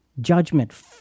judgment